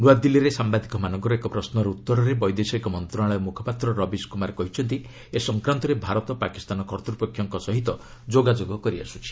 ନୂଆଦିଲ୍ଲୀରେ ସାମ୍ବାଦିକମାନଙ୍କର ଏକ ପ୍ରଶ୍ନର ଉତ୍ତରରେ ବୈଦେଶିକ ମନ୍ତ୍ରଣାଳୟ ମୁଖପାତ୍ର ରବିଶ କୁମାର କହିଛନ୍ତି ଏ ସଂକ୍ରାନ୍ତରେ ଭାରତ ପାକିସ୍ତାନ କର୍ତ୍ତ୍ୱପକ୍ଷଙ୍କ ସହ ଯୋଗାଯୋଗ କରିଆସୁଛି